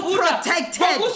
protected